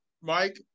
Mike